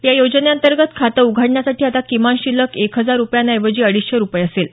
या योजने अंतर्गत खातं उघडण्यासाठी आता किमान शिल्लक एक हजार रुपयांऐवजी अडीचशे रुपये असेल